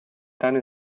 tane